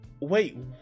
Wait